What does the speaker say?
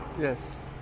Yes